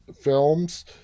films